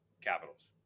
Capitals